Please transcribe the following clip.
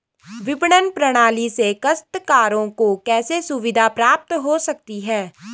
विपणन प्रणाली से काश्तकारों को कैसे सुविधा प्राप्त हो सकती है?